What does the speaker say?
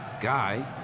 guy